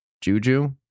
Juju